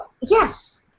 yes